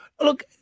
look